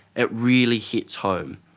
it really hits home.